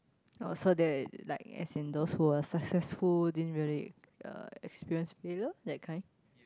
also that like as in those who are successful didn't really uh experience payroll that kind